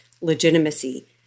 legitimacy